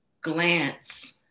glance